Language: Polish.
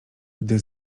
gdy